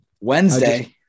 Wednesday